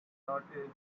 noticed